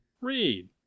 Read